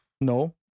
No